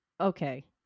Okay